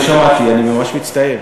אני לא שמעתי, אני ממש מצטער